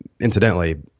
incidentally